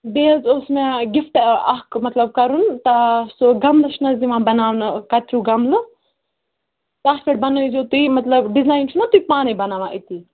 بیٚیہِ حظ اوس مےٚ گِفٹ اَکھ مطلب کَرُن سُہ گَملہٕ چھُنہٕ حظ دِوان بَناونہٕ کَتریوٗ گَملہٕ تَتھ پٮ۪ٹھ بَنٲیزیٚو تُہۍ مطلب ڈِزایِن چھُنا تُہۍ پانَے بَناوان أتی